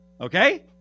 Okay